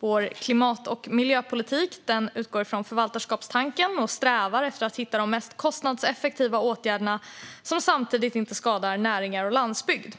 Vår klimat och miljöpolitik utgår från förvaltarskapstanken och strävar efter att hitta de mest kostnadseffektiva åtgärderna, som samtidigt inte skadar näringar och landsbygd.